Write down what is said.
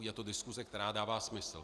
Je to diskuse, která dává smysl.